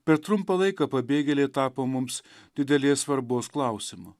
per trumpą laiką pabėgėliai tapo mums didelės svarbos klausimu